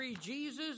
Jesus